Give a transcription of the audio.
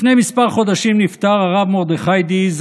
לפני כמה חודשים נפטר הרב מרדכי דיעי,